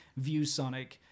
ViewSonic